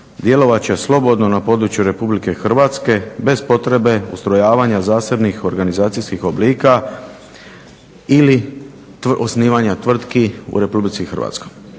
djelovat će slobodno na području RH bez potrebe ustrojavanja zasebnih organizacijskih oblika ili osnivanja tvrtki u RH.